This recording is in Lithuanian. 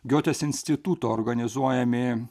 giotės instituto organizuojami